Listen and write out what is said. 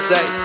Say